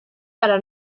para